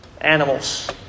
animals